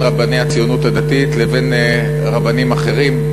רבני הציונות הדתית לבין רבנים אחרים.